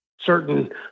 certain